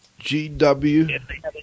GW